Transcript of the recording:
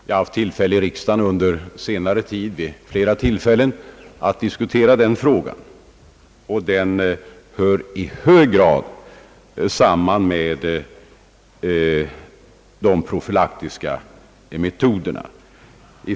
Jag har under senare tid vid flera tillfällen haft möjlighet att diskutera denna fråga i riksdagen, och detta är något som i hög grad hör samman med de profylaktiska metoderna.